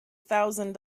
thousand